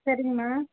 சரிங்கமா